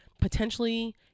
potentially